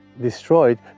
destroyed